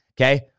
okay